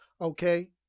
okay